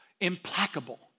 implacable